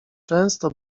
często